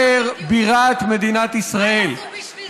תישאר בירת מדינת ישראל, מה הם יעשו בשביל זה?